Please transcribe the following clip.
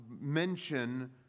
mention